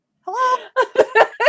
Hello